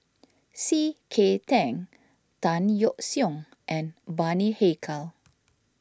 C K Tang Tan Yeok Seong and Bani Haykal